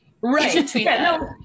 right